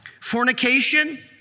Fornication